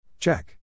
Check